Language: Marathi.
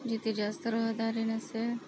जिथे जास्त रहदारी नसेल